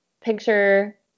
picture